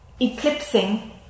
eclipsing